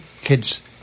kids